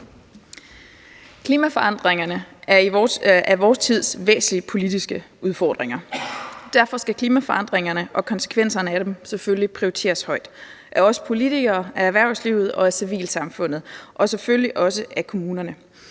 Klimaforandringerne er vor tids væsentligste politiske udfordring. Derfor skal klimaforandringerne og konsekvenserne af dem selvfølgelig prioriteres højt af os politikere, af erhvervslivet og af civilsamfundet og selvfølgelig også af kommunerne.